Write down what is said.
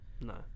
no